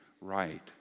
right